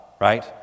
right